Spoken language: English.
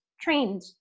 trained